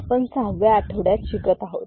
आपण सहाव्या आठवड्यात शिकत आहोत